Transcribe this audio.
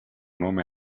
nome